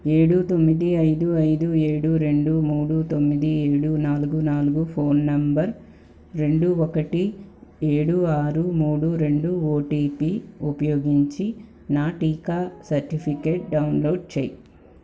ఏడు తొమ్మిది ఐదు ఐదు ఏడు రెండు మూడు తొమ్మిది ఏడు నాలుగు నాలుగు ఫోన్ నంబర్ రెండు ఒకటి ఏడు ఆరు మూడు రెండు ఓటీపీ ఉపయోగించి నా టీకా సర్టిఫికెట్ డౌన్లోడ్ చేయి